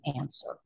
answer